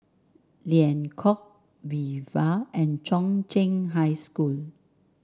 Liang Court Viva and Chung Cheng High School